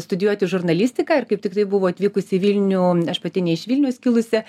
studijuoti žurnalistiką ir kaip tiktai buvo atvykusi į vilnių aš pati ne iš vilniaus kilusi